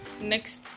next